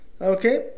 okay